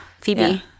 Phoebe